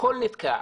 הכל נתקע.